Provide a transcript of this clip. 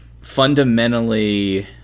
fundamentally